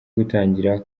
gutangira